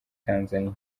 tanzania